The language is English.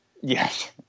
Yes